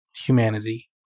humanity